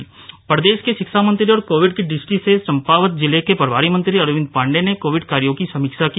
Covid समीक्षा प्रदेश के शिक्षा मंत्री और कोविड की दृष्टि सें चम्पावत जिले के प्रभारी मंत्री अरविंद पाण्डेय ने कोविड कार्यो की समीक्षा की